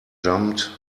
jumped